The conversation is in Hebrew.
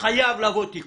חייב לעבור תיקון.